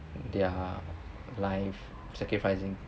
their life sacrificing